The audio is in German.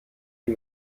die